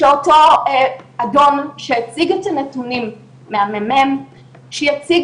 שאותו אדון שהציג את הנתונים מהממ"מ שיציג